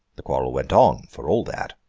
the quarrel went on, for all that.